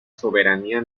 soberanía